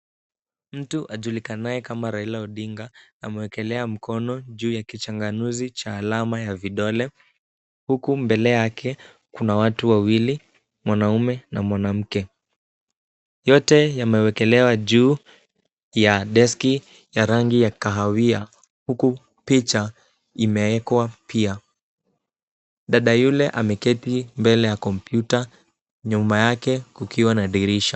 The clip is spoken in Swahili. Mtu ajulikanaye kama Raila Odinga, amewekelea mkono juu ya kichanganuzi cha alama ya vidole huku mbele yake kuna watu wawili, mwanaume na mwanamke. Yote yamewekelewa juu ya deski ya rangi ya kahawia huku picha imeekwa pia. Dada yule ameketi mbele ya kompyuta nyuma yake kukiwa na dirisha.